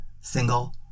single